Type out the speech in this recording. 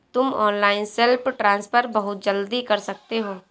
तुम online self transfer बहुत जल्दी कर सकते हो